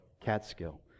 Catskill